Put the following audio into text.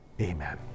Amen